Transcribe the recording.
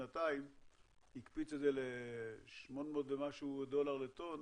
שנתיים הקפיץ את זה ל-800 ומשהו דולר לטון